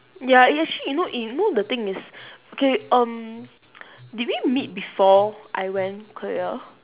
ya it's actually you know you know the thing is okay um did we meet before I went korea